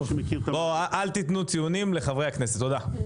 אל תתנו ציונים לחברי הכנסת, תודה.